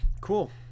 Cool